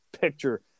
picture